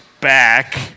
back